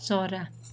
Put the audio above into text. चरा